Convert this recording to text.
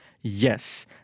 Yes